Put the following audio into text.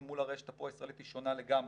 מול הרשת הפרו ישראלית היא שונה לגמרי,